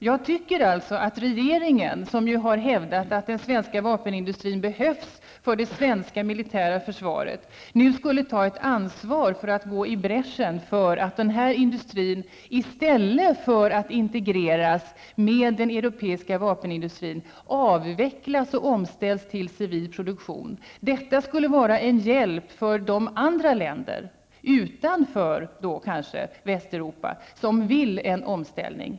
Jag tycker alltså att regeringen, som ju har hävdat att den svenska vapenindustrin behövs för det svenska militära försvaret, nu borde ta ansvar och gå i bräschen för ett arbete som syftar till att denna industri inte integreras med den europeiska vapenindustrin utan i stället avvecklas och ställs om till civil produktion. Detta skulle vara en hjälp också för andra länder, kanske även utanför Västeuropa, som vill ha en omställning.